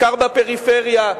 בעיקר בפריפריה.